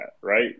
right